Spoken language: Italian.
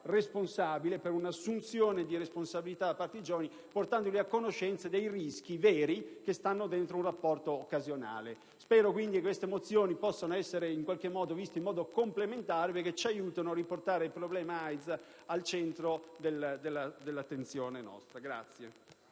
responsabile e una assunzione di responsabilità da parte dei giovani, portandoli a conoscenza dei rischi veri insiti in un rapporto occasionale. Spero che queste mozioni possano essere viste in modo complementare, perché ci aiutano a riportare il problema AIDS al centro della nostra attenzione.